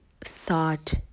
thought